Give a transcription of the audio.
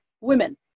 Women